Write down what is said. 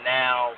now